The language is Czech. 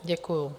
Děkuju.